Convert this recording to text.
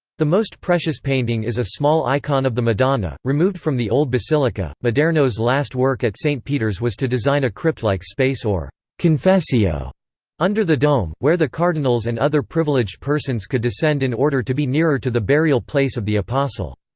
the most precious painting is a small icon of the madonna, removed from the old basilica maderno's last work at st. peter's was to design a crypt-like space or confessio under the dome, where the cardinals and other privileged persons could descend in order to be nearer to the burial place of the apostle.